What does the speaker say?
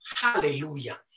Hallelujah